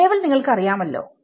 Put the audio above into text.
gravel നിങ്ങൾക്ക് അറിയാമല്ലോ